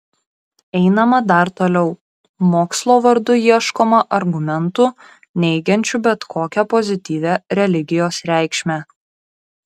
einama dar toliau mokslo vardu ieškoma argumentų neigiančių bet kokią pozityvią religijos reikšmę